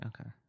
Okay